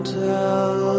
tell